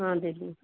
ହଁ ଦିଦି